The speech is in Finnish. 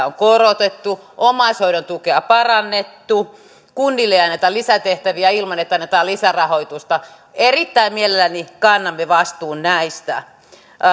on korotettu ja omaishoidon tukea parannettu ja kunnille ei anneta lisätehtäviä ilman että annetaan lisärahoitusta erittäin mielellämme kannamme vastuun näistä